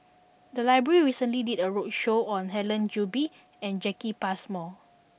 the library recently did a roadshow on Helen Gilbey and Jacki Passmore